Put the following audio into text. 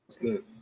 Good